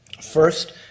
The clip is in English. First